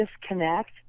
disconnect